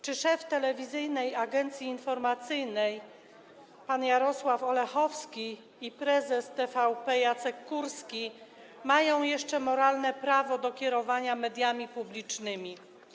Czy szef Telewizyjnej Agencji Informacyjnej pan Jarosław Olechowski i prezes TVP Jacek Kurski mają jeszcze moralne prawo do kierowania mediami publicznymi?